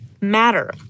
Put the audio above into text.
matter